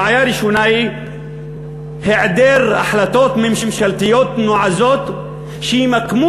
בעיה ראשונה היא היעדר החלטות ממשלתיות נועזות שימקמו